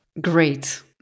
Great